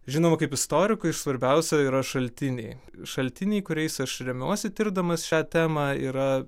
žinoma kaip istorikui svarbiausia yra šaltiniai šaltiniai kuriais aš remiuosi tirdamas šią temą yra